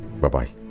bye-bye